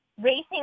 racing